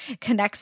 connects